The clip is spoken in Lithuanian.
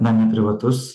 na ne privatus